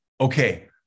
okay